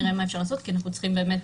נראה מה אפשר לעשות כי אנחנו צריכים באמת